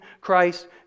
christ